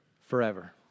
forever